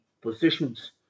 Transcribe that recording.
positions